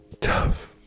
Tough